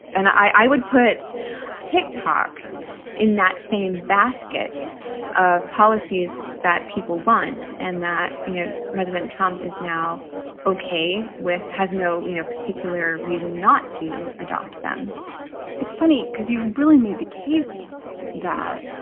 and i would put tick tock in that same basket of policies that people want and that you know president trump is now ok with has no you know particular reason not to adopt them it's funny because you've really made the case that